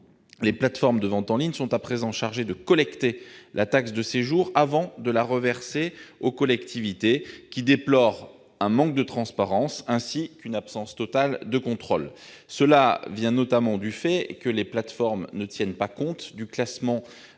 les plateformes de vente en ligne sont à présent chargées de collecter la taxe de séjour avant de la reverser aux collectivités, qui déplorent un manque de transparence, ainsi qu'une absence totale de contrôle. Cela vient notamment du fait que les plateformes ne tiennent pas compte du classement